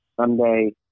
Sunday